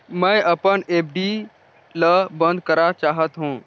मैं अपन एफ.डी ल बंद करा चाहत हों